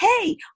Hey